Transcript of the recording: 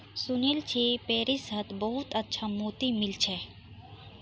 सुनील छि पेरिसत बहुत अच्छा मोति मिल छेक